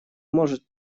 может